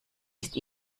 ist